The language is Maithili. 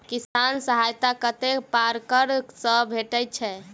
किसान सहायता कतेक पारकर सऽ भेटय छै?